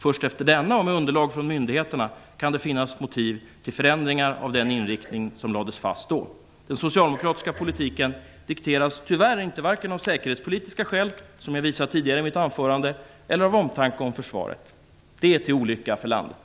Först efter denna, och med underlag från myndigheterna, kan det finnas motiv till förändringar av den inriktning som lagts fast. Den socialdemokratiska politiken dikteras tyvärr varken av säkerhetspolitiska skäl, vilket jag visade tidigare i mitt anförande, eller av omtanke om försvaret. Detta är till olycka för landet.